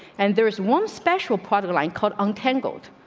and there is one special product line called untangled.